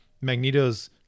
magneto's